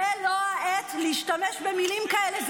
זו לא העת להשתמש במילים כאלה.